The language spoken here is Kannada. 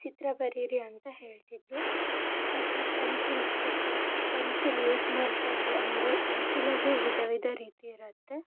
ಚಿತ್ರ ಬರೀರಿ ಅಂತ ಹೇಳ್ತಿದ್ದರು ಮತ್ತು ಪೆನ್ಸಿಲ್ ಸ್ಕೆಚಸ್ ಪೆನ್ಸಿಲ್ ಯೂಸ್ ಮಾಡಿಕೊಂಡು ಅಂದರೆ ಪೆನ್ಸಿಲಲ್ಲೂ ವಿಧ ವಿಧ ರೀತಿ ಇರುತ್ತೆ